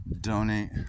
Donate